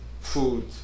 food